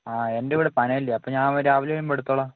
ആ എൻ്റെ വീട് പനവേലിലാണ് അപ്പോള് ഞാൻ രാവിലെ വരുമ്പോള് എടുത്തുകൊള്ളാം